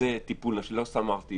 ולא סתם אמרתי